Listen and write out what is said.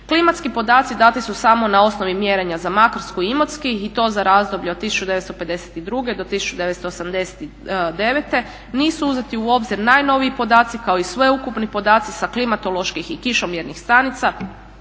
Klimatski podaci dani su samo na osnovi mjerenja za Makarsku i Imotski i to za razdoblje od 1952. do 1989. Nisu uzeti u obzir najnoviji podaci kao i sveukupni podaci sa klimatoloških i kišomjernih stanica